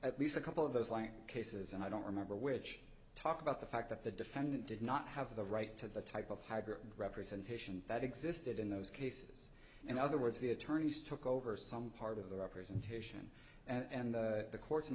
at least a couple of those lying cases and i don't remember which talk about the fact that the defendant did not have the right to the type of representation that existed in those cases in other words the attorneys took over some part of the representation and the courts in